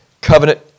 covenant